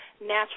natural